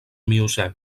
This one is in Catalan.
miocè